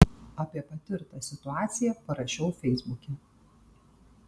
apie patirtą situaciją parašiau feisbuke